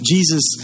Jesus